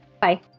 Bye